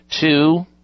Two